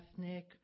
ethnic